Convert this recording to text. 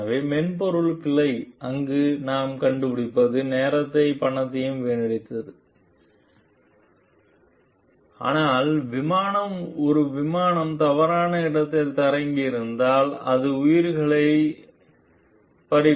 எனவே மென்பொருள் பிழை அங்கு நாம் கண்டுபிடிப்பது நேரத்தையும் பணத்தையும் வீணடித்தது ஆனால் விமானம் ஒரு விமானம் தவறான இடத்தில் தரையிறங்கியிருந்தால் அது உயிர்களையும் செலவழித்திருக்கலாம்